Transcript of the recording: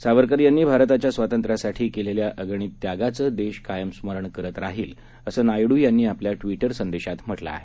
सावरकर यांनी भारताच्या स्वातंत्र्यासाठी केलेल्या अगणित त्यागाचं देश कायम स्मरण करत राहील असं नायडू यांनी आपल्या ट्विटर संदेशात म्हटलं आहे